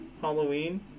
Halloween